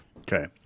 okay